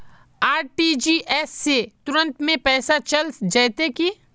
RTGS से तुरंत में पैसा चल जयते की?